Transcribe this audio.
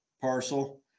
parcel